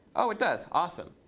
oh, it does. awesome.